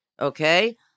Okay